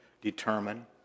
determine